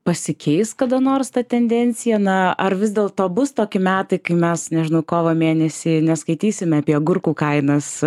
pasikeis kada nors ta tendencija na ar vis dėlto bus toki metai kai mes nežinau kovo mėnesį neskaitysime apie agurkų kainas